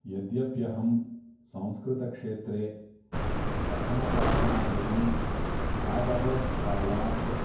यद्यप्यहं संस्कृतक्षेत्रे पठनपाठनादिकम् आबहु कालात्